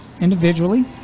individually